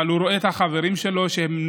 אבל הוא רואה את החברים שלו שנוטלים,